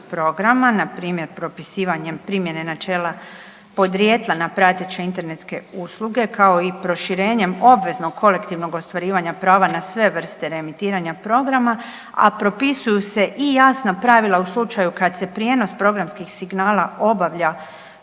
programa npr. propisivanjem primjene načela podrijetla na prateće internetske usluge kao i proširenjem obveznog kolektivnog ostvarivanja prava na sve vrste remitiranja programa, a propisuju se i jasna pravila u slučaju kada se prijenos programskih signala obavlja